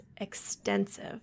extensive